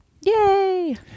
yay